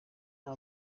nta